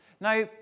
Now